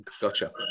Gotcha